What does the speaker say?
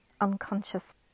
unconscious